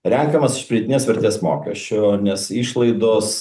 renkamas iš pridėtinės vertės mokesčio nes išlaidos